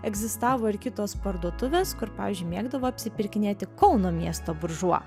egzistavo ir kitos parduotuvės kur pavyzdžiui mėgdavo apsipirkinėti kauno miesto buržua